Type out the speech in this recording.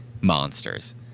monsters